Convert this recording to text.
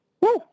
Woo